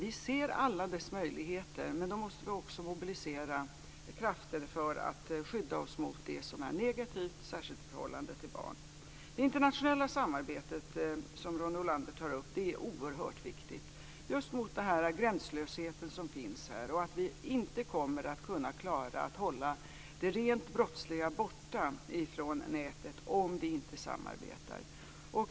Vi ser alla dess möjligheter, men då måste vi också mobilisera krafter för att skydda oss mot det som är negativt särskilt i förhållande till barn. Det internationella samarbetet, som Ronny Olander tar upp, är oerhört viktigt just med tanke på den gränslöshet som finns och på att vi inte kommer att kunna klara att hålla det rent brottsliga borta från nätet om vi inte samarbetar.